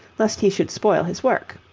lest he should spoil his work.